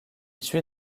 suit